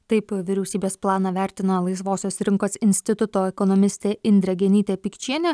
taip vyriausybės planą vertina laisvosios rinkos instituto ekonomistė indrė genytė pikčienė